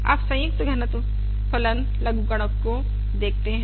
अब संयुक्त घनत्व फलन लघुगणक को देखते हैं